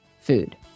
food